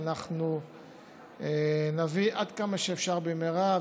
ואנחנו נביא עד כמה שאפשר במהרה,